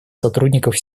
сотрудников